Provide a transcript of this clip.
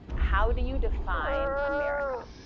how do you define america?